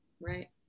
right